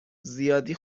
زیادی